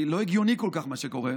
כי לא הגיוני כל כך, מה שקורה,